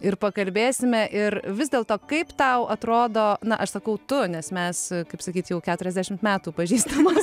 ir pakalbėsime ir vis dėlto kaip tau atrodo na aš sakau tu nes mes kaip sakyt jau keturiasdešimt metų pažįstamos